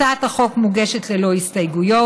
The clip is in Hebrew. הצעת החוק מוגשת ללא הסתייגויות,